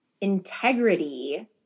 integrity